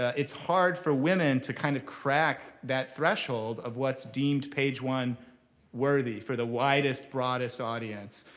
ah it's hard for women to kind of crack that threshold of what's deemed page one worthy for the widest, broadest audience.